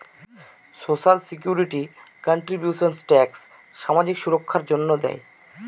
social security contributions tax সামাজিক সুররক্ষার জন্য দেয়